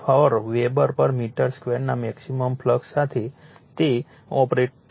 4 weber પર metre સ્ક્વેરના maximum flux સાથે તે ઓપરેટ થાય છે